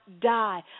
die